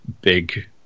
big